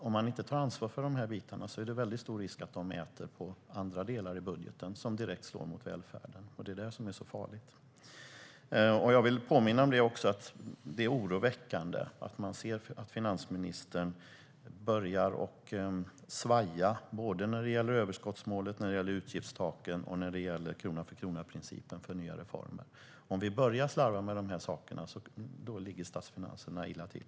Om man inte tar ansvar för de här delarna är det stor risk att de äter på andra delar i budgeten, och det slår direkt mot välfärden. Det är det som är så farligt. Jag vill påminna om att det är oroväckande att man ser att finansministern börjar att svaja när det gäller såväl överskottsmålet och utgiftstaken som krona-för-krona-principen för nya reformer. Om man börjar att slarva med dessa saker ligger statsfinanserna illa till.